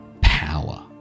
power